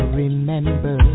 remember